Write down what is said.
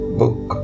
book